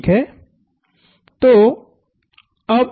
ठीक है